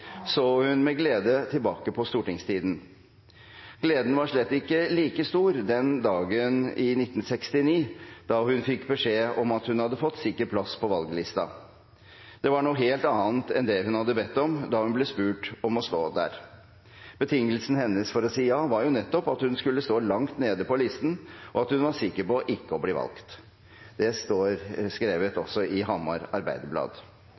så hun med glede tilbake på stortingstiden. Gleden var slett ikke like stor den dagen i 1969 da hun fikk beskjed om at hun hadde fått sikker plass på valglista. Det var noe helt annet enn det hun hadde bedt om da hun ble spurt om å stå der. Betingelsen hennes for å si ja var nettopp at hun skulle stå langt nede på lista, og at hun var sikker på ikke å bli valgt. Det skrev også Hamar Arbeiderblad.